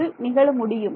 இது நிகழ முடியும்